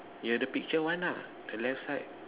yeah the picture one ah the left side